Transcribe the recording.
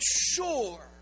sure